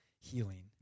healing